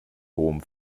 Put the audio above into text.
hohem